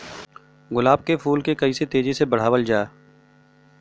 गुलाब क फूल के कइसे तेजी से बढ़ावल जा?